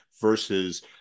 versus